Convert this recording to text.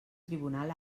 tribunal